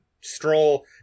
Stroll